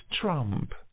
Trump